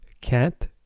cat